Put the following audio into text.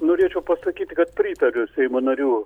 norėčiau pasakyti kad pritariu seimo narių